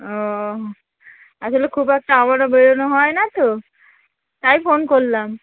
ও আসলে খুব একটা আমারও বেরোনো হয় না তো তাই ফোন করলাম